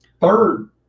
third